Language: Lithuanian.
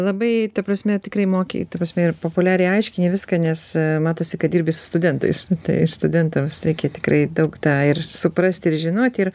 labai ta prasme tikrai moki ta prasme ir populiariai aiškini viską nes matosi kad dirbi su studentais tai studentams reikia tikrai daug tą ir suprasti ir žinoti ir